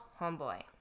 Homeboy